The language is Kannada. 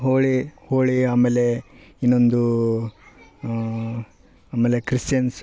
ಹೋಳಿ ಹೋಳಿ ಆಮೇಲೆ ಇನ್ನೊಂದೂ ಆಮೇಲೆ ಕ್ರಿಸ್ಯನ್ಸ್